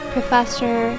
Professor